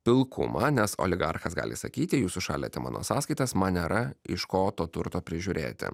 pilkumą nes oligarchas gali sakyti jūs užšaldėte mano sąskaitas man nėra iš ko to turto prižiūrėti